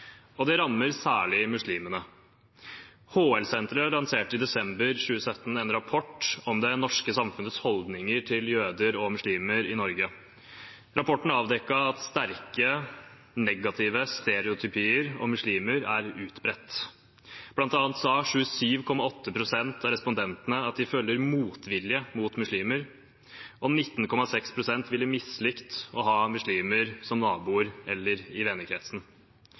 Det rammer særlig muslimene. HL-senteret lanserte i desember 2017 en rapport om det norske samfunnets holdninger til jøder og muslimer i Norge. Rapporten avdekket at sterkt negative stereotypier om muslimer er utbredt. Blant annet sa 27,8 pst. av respondentene at de føler motvilje mot muslimer, og 19,6 pst. ville ha mislikt å ha muslimer som naboer eller i vennekretsen.